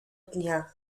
dnia